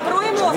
ספרו אם הוא עושה,